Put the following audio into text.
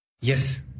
Yes